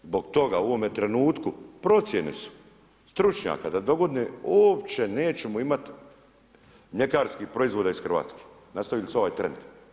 Zbog toga u ovome trenutku procjene su stručnjaka da dogodine uopće nećemo imati mljekarskih proizvoda iz Hrvatske, nastavite samo ovaj trend.